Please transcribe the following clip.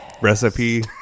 recipe